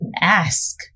Ask